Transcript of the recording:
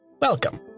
Welcome